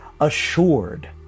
Assured